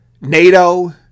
NATO